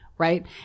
right